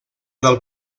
del